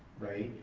right?